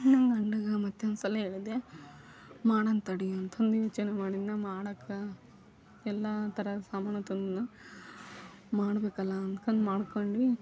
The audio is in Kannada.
ನನ್ನ ಗಂಡಗ ಮತ್ತು ಒಂದ್ಸಲ ಹೇಳಿದೆ ಮಾಡೋಣ ತಡಿ ಅಂತಂದು ಯೋಚನೆ ಮಾಡಿದ್ದನ್ನ ಮಾಡೋಕೆ ಎಲ್ಲ ಥರ ಸಾಮಾನು ತಂದೆನ ಮಾಡಬೇಕಲ್ಲ ಅಂದ್ಕೊಂಡು ಮಾಡ್ಕೊಂಡ್ವಿ